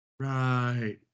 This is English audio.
Right